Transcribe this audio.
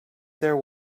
there